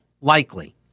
likely